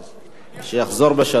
אצלנו החבר'ה משרתים